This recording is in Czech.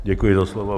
Děkuji za slovo.